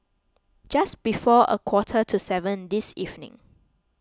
just before a quarter to seven this evening